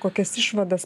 kokias išvadas